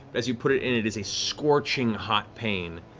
as you put it in, it is a scorching hot pain.